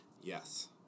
Yes